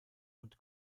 und